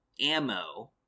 ammo